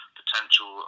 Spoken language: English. potential